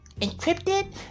encrypted